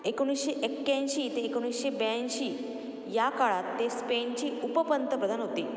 एकोणीसशे एक्याऐंशी ते एकोणीसशे ब्याऐंशी या काळात ते स्पेनचे उपपंतप्रधान होते